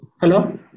Hello